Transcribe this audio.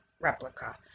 replica